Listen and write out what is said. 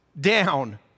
down